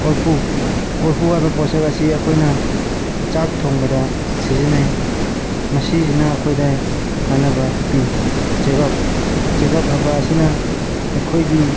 ꯀꯣꯔꯐꯨ ꯀꯣꯔꯐꯨ ꯍꯥꯏꯕ ꯄꯣꯠꯁꯛ ꯑꯁꯤ ꯑꯩꯈꯣꯏꯅ ꯆꯥꯛ ꯊꯣꯡꯕꯗ ꯁꯤꯖꯤꯟꯅꯩ ꯃꯁꯤꯁꯤꯅ ꯑꯩꯈꯣꯏꯗ ꯀꯥꯟꯅꯕ ꯄꯤ ꯆꯦꯒꯞ ꯆꯦꯒꯞ ꯍꯥꯏꯕ ꯑꯁꯤꯅ ꯑꯩꯈꯣꯏꯒꯤ